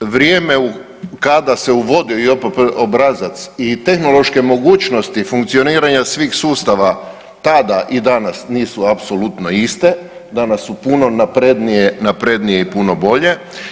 Vrijeme kada se uvodi JOPPD obrazac i tehnološke mogućnosti funkcioniranja svih sustava tada i danas nisu apsolutno iste, danas su puno naprednije, naprednije i puno bolje.